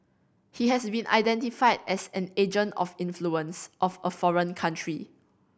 he has been identified as an agent of influence of a foreign country